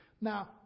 Now